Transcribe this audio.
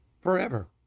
Forever